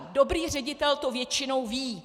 Dobrý ředitel to většinou ví.